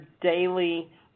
daily